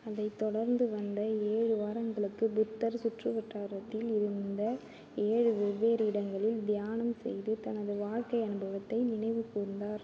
அதைத் தொடர்ந்து வந்த ஏழு வாரங்களுக்கு புத்தர் சுற்றுவட்டாரத்தில் இருந்த ஏழு வெவ்வேறு இடங்களில் தியானம் செய்து தனது வாழ்க்கை அனுபவத்தை நினைவுகூர்ந்தார்